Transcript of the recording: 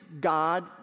god